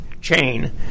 chain